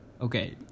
Okay